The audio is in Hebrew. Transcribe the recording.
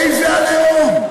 איזה "עליהום".